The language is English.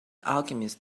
alchemists